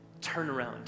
turnaround